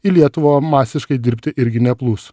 į lietuvą masiškai dirbti irgi neplūs